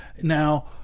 Now